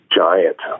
giant